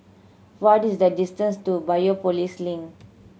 what is the distance to Biopolis Link